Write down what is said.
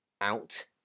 out